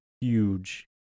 huge